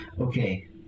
Okay